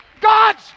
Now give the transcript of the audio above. God's